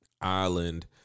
island